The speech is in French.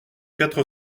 quatre